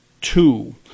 Two